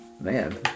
Man